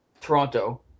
Toronto